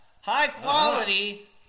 high-quality